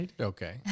Okay